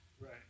Right